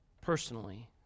personally